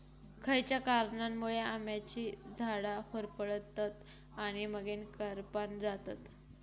खयच्या कारणांमुळे आम्याची झाडा होरपळतत आणि मगेन करपान जातत?